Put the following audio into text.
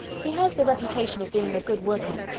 he has the reputation of being a good workman,